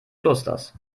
klosters